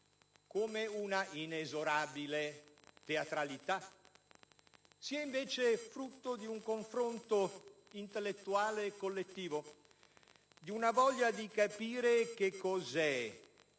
come una inesorabile teatralità; sia, invece, frutto di un confronto intellettuale e collettivo, di una voglia di capire che cosa